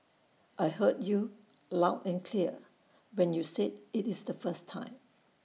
I heard you loud and clear when you said IT is the first time